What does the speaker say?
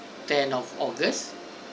tenth of august